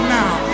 now